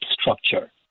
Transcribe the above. structure